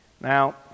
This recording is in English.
Now